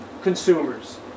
consumers